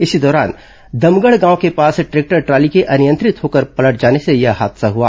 इसी दौरान दमगढ़ गांव के पास ट्रैक्टर ट्रॉली के अनियंत्रित होकर पलट जाने से यह हादसा हुआ